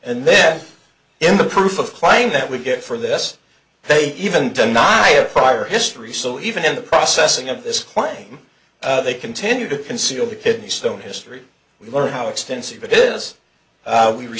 and then in the proof of claim that we get for this they even deny a prior history so even in the processing of this claim they continue to conceal the kidney stone history we learn how extensive it is we re